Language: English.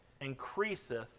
increaseth